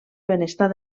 benestar